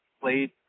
played